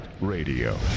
Radio